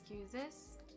excuses